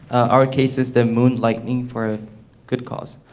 our case is the moonlighting for a good cause.